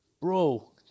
Bro